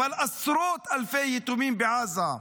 אבל עשרות אלפי יתומים בעזה,